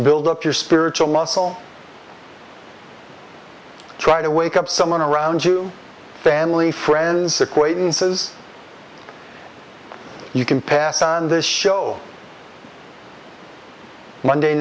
build up your spiritual muscle try to wake up someone around you family friends acquaintances you can pass on this show monday